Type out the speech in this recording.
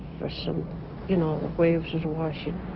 for some you know the waves are washing